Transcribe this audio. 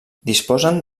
disposen